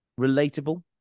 relatable